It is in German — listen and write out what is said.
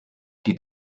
die